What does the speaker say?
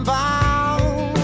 bound